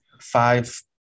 five